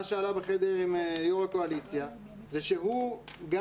מה שעלה בחדר עם יו"ר הקואליציה זה שהוא גם